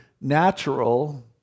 natural